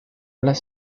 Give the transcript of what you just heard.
las